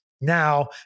now